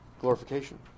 glorification